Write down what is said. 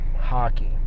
hockey